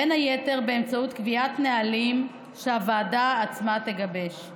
בין היתר באמצעות קביעת נהלים שהוועדה עצמה תגבש.